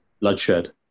bloodshed